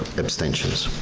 abstentions?